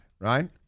right